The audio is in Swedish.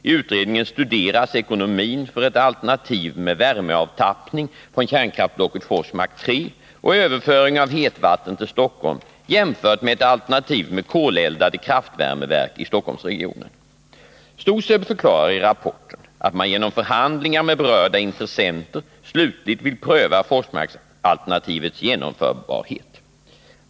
I utredningen studeras ekonomin för ett alternativ med värmeavtappning från kärnkraftsblocket Forsmark 3 och överföring av hetvatten till Stockholm, jämfört med ett alternativ med koleldade kraftvärmeverk i Stockholmsregionen. STOSEB förklarar i rapporten att man genom förhandlingar med berörda intressenter slutligt vill pröva Forsmarksalternativets genomförbarhet.